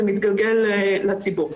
זה מתגלגל לציבור.